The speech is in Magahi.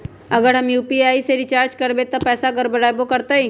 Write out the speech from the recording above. अगर हम यू.पी.आई से रिचार्ज करबै त पैसा गड़बड़ाई वो करतई?